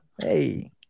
Hey